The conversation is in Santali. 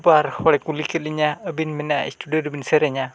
ᱵᱟᱨ ᱦᱚᱲᱮ ᱠᱩᱞᱤᱠᱮᱫ ᱞᱤᱧᱟᱭ ᱟᱹᱵᱤᱱ ᱢᱟᱱᱮ ᱨᱮᱵᱤᱱ ᱥᱮᱨᱮᱧᱟ